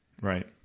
right